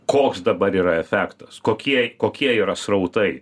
koks dabar yra efektas kokie kokie yra srautai